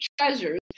treasures